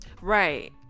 Right